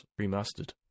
Remastered